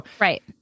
Right